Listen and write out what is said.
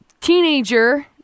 teenager